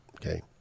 Okay